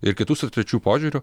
ir kitų sutarčių požiūriu